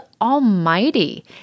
almighty